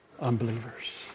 unbelievers